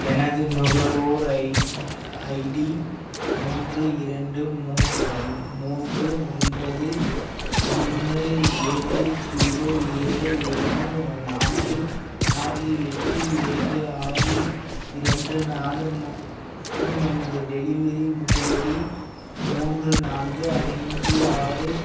எனது நுகர்வோர் I ID மூன்று இரண்டு மூ மூன்று ஒன்பது ஒன்று ஏழு ஜீரோ ஏழு ஒன்று நான்கு ஆறு எட்டு ஏழு ஆறு இரண்டு நாலு மூ மற்றும் எனது டெலிவரி முகவரி மூன்று நான்கு ஐந்து ஆறு